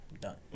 done